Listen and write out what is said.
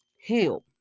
Heal